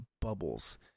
bubbles